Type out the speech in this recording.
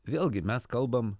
vėlgi mes kalbam